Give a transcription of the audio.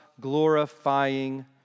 glorifying